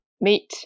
meet